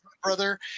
brother